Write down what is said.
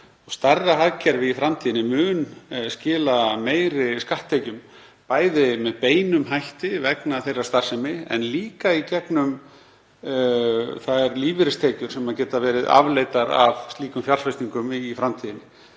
Stærra hagkerfi í framtíðinni mun skila meiri skatttekjum, bæði með beinum hætti vegna þeirrar starfsemi en líka í gegnum þær lífeyristekjur sem geta verið afleiddar af slíkum fjárfestingum í framtíðinni.